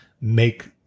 make